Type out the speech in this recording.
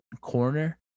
corner